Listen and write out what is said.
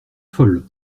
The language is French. folle